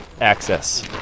access